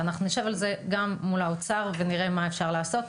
ואנחנו נשב על זה גם מול האוצר ונראה מה אפשר לעשות.